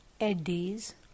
eddies